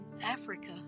Africa